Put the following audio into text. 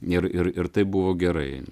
ir ir ir tai buvo gerai